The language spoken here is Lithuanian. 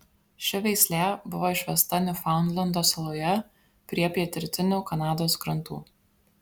ši veislė buvo išvesta niufaundlendo saloje prie pietrytinių kanados krantų